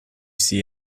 see